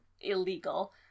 illegal